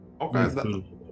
Okay